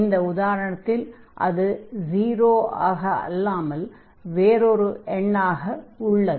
இந்த உதாரணத்தில் அது 0 ஆக இல்லாமல் வேறொரு எண்னாக உள்ளது